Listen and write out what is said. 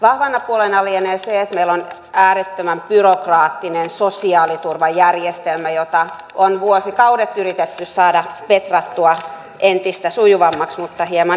vahvana puolena lienee se että meillä on äärettömän byrokraattinen sosiaaliturvajärjestelmä jota on vuosikaudet yritetty saada petrattua entistä sujuvammaksi mutta hieman epäonnistuen